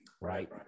right